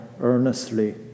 earnestly